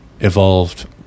evolved